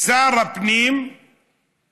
שר הפנים התערב